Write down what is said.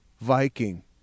Viking